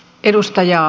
kiitos